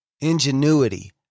ingenuity